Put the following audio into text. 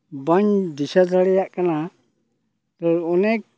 ᱵᱟᱹᱧ ᱫᱤᱥᱟᱹ ᱫᱟᱲᱮᱭᱟᱜ ᱠᱟᱱᱟ ᱛᱚ ᱚᱱᱮᱠ